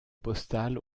postales